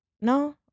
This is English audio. No